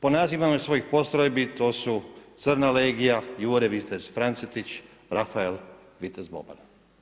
Po nazivama svojih postrojbi to su crna legija, Jure Vistes Francetić, Rafael vitez Boban.